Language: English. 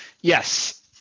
Yes